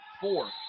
four